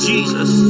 Jesus